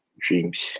dreams